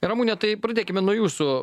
ramune tai pradėkime nuo jūsų